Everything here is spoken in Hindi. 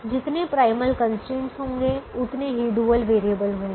जितने प्राइमल कंस्ट्रेंट होंगे उतने ही डुअल वेरिएबल होंगे